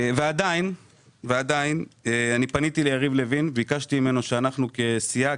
ועדיין פניתי ליריב לוין וביקשתי ממנו שאנחנו כסיעה,